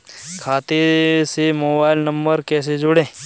खाते से mobile number कैसे जोड़ें?